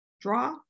draw